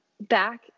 back